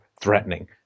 threatening